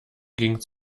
ging